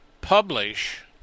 publish